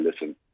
listen